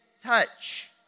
touch